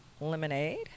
lemonade